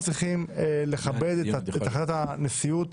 צריכים לכבד את החלטת הנשיאות.